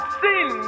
sin